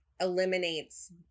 eliminates